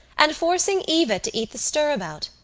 and forcing eva to eat the stirabout.